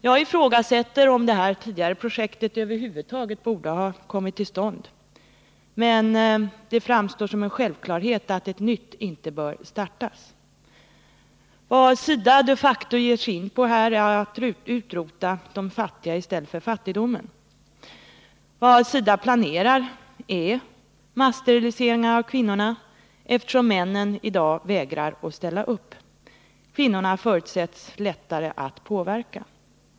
Jag ifrågasätter om det här tidigare projektet över huvud taget borde ha kommit till stånd, men det framstår som en självklarhet att ett nytt inte bör startas. Vad SIDA de facto ger sig in på är att utrota de fattiga i stället för fattigdomen. Vad: SIDA planerar är massteriliseringar av kvinnorna, eftersom männen i dag vägrar att ställa upp. Kvinnorna förutsätts vara lättare att påverka.